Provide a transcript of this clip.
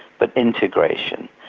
but integration.